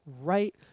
right